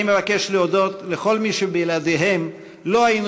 אני מבקש להודות לכל מי שבלעדיהם לא היינו